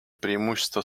преимущества